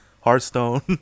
Hearthstone